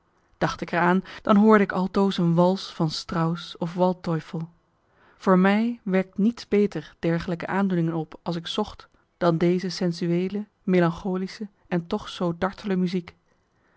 dacht ik er aan dan hoorde ik altoos een wals van strauss of waldteufel voor mij wekt niets beter dergelijke aandoeningen op als ik zocht dan deze sensueele melancholische en toch zoo dartele muziek